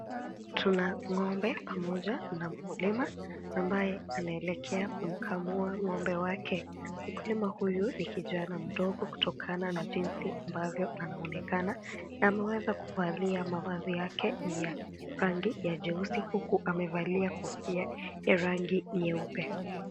Tuna ng'ombe pamoja na mkulima ambaye anaelekea kumkamua ng'ombe wake. Mkulima huyu ni kijana mdogo kutokana na jinsi ambavyo anaonekana. Na ameweza kuvalia mavazi yake ya rangi ya jeusi huku amevalia kofia ya rangi nyeupe.